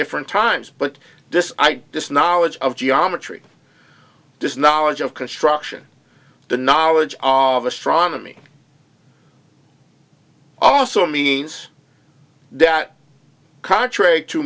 different times but this i just knowledge of geometry this knowledge of construction the knowledge of astronomy also means that contrary to